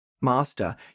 Master